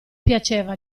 piaceva